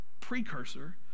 precursor